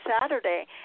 Saturday